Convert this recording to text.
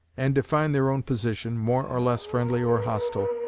and define their own position, more or less friendly or hostile,